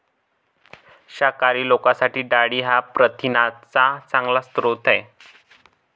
शाकाहारी लोकांसाठी डाळी हा प्रथिनांचा चांगला स्रोत आहे